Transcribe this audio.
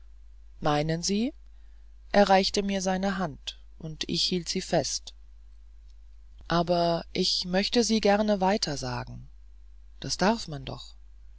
meinen sie er reichte mir seine hand und ich hielt sie fest aber ich möchte sie gerne weitersagen das darf man doch